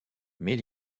mais